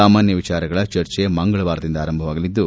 ಸಾಮಾನ್ಯ ವಿಚಾರಗಳ ಚರ್ಚೆ ಮಂಗಳವಾರದಿಂದ ಆರಂಭವಾಗಲಿದ್ದು